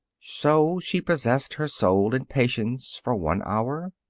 so she possessed her soul in patience for one hour,